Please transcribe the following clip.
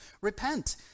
repent